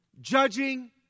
judging